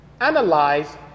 analyze